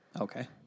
Okay